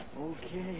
Okay